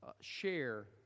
share